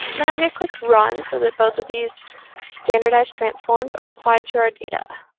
then i'm going to click run so that both of these standardized transforms are applied to our data.